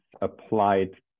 applied